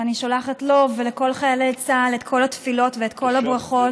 ואני שולחת לו ולכל חיילי צה"ל את כל התפילות ואת כל הברכות.